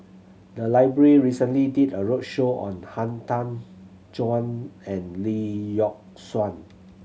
the library recently did a roadshow on Han Tan Juan and Lee Yock Suan